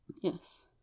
Yes